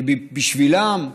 שבשבילם,